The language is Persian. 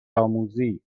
آموزی